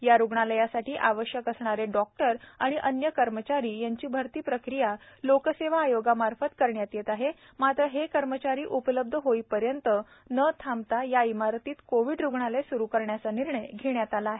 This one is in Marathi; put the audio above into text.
या रुग्णालयासाठी आवश्यक असणारे डॉक्टर आणि अन्य कर्मचारी यांची भरती प्रक्रिया लोकसेवा आयोगामार्फत करण्यात येत आहे मात्र हे कर्मचारी उपलब्ध होईपर्यंत न थांबता याच इमारतीत कोविड रुग्णालय सुरू करण्याचा निर्णय घेण्यात आला आहे